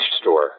store